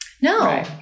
no